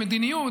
על מדיניות,